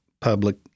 public